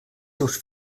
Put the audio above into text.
seus